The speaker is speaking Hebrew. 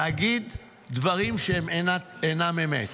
להגיד דברים שהם אינם אמת?